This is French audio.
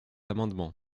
amendement